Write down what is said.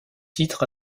titres